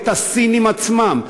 את הסינים עצמם.